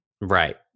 Right